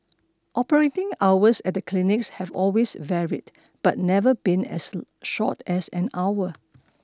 operating hours at the clinics have always varied but never been as short as an hour